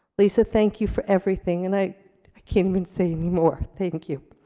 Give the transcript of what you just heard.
lisa, thank you for everything. and i can't even say anymore. thank you.